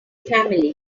family